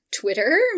Twitter